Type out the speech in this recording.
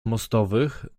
mostowych